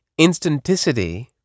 Instanticity